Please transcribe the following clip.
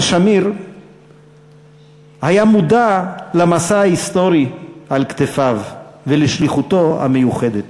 אבל שמיר היה מודע למשא ההיסטורי שעל כתפיו ולשליחותו המיוחדת.